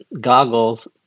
goggles